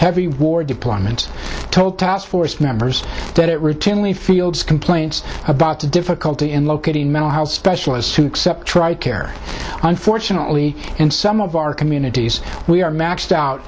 heavy war deployment told task force members that it routinely fields complaints about the difficulty in locating mental health specialists who accept tri care unfortunately in some of our communities we are maxed out